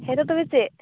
ᱦᱮ ᱛᱳ ᱛᱚᱵᱮ ᱪᱮᱫ